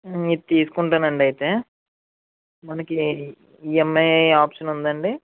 ఇది తీసుకుంటానండి అయితే మనకి ఇఎంఐ ఆప్షన్ ఉందండి